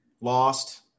lost